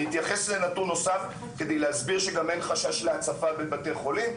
אני אתייחס לנתון נוסף כדי להסביר שגם אין חשש להצפה בבתי החולים,